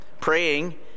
Praying